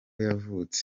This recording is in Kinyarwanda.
yavutse